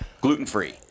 Gluten-free